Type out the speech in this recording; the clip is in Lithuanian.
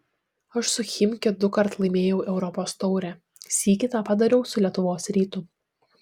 aš su chimki dukart laimėjau europos taurę sykį tą padariau su lietuvos rytu